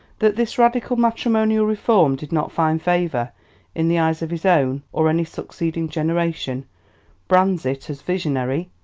that this radical matrimonial reform did not find favour in the eyes of his own or any succeeding generation brands it as visionary,